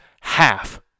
half